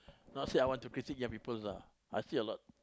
not say I want to critique young peoples ah I see a lot